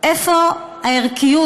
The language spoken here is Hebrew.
איפה הערכיות?